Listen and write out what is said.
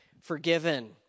forgiven